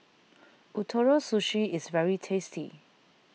Ootoro Sushi is very tasty